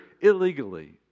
illegally